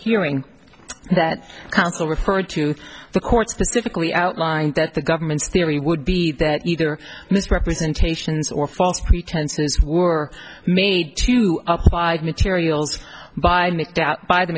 hearing that counsel referred to the court specifically outlined that the government's theory would be that either misrepresentation or false pretenses were made to applied materials by